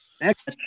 Next